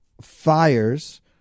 fires